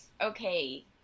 Okay